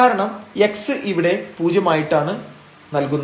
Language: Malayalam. കാരണം x ഇവിടെ പൂജ്യമായിട്ടാണ് നൽകുന്നത്